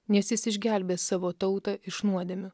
nes jis išgelbės savo tautą iš nuodėmių